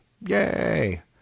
Yay